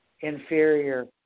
inferior